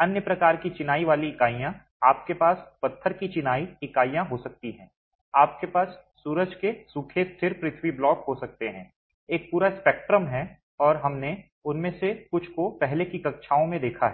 अन्य प्रकार की चिनाई वाली इकाइयाँ आपके पास पत्थर की चिनाई इकाइयाँ हो सकती हैं आपके पास सूरज के सूखे स्थिर पृथ्वी ब्लॉक हो सकते हैं एक पूरा स्पेक्ट्रम है और हमने उनमें से कुछ को पहले की कक्षाओं में देखा है